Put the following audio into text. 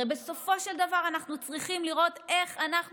הרי בסופו של דבר אנחנו צריכים לראות איך אנחנו